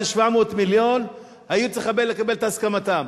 מיליארד היו צריכים לקבל את הסכמתם.